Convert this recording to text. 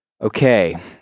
Okay